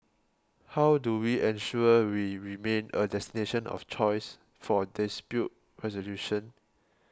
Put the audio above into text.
how do we ensure we remain a destination of choice for dispute resolution